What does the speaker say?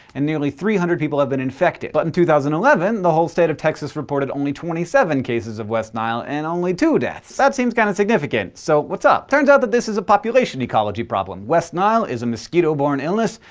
and nearly three hundred people have been infected. but in two thousand and eleven, the whole state of texas reported only twenty seven cases of west nile, and only two deaths. that seems kind of significant, so what's up? turns out, this is a population ecology problem. west nile is mosquito-borne illness,